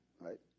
Right